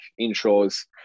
intros